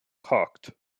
cocked